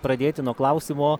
pradėti nuo klausimo